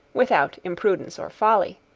without imprudence or folly.